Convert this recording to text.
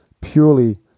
purely